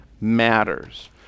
matters